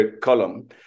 column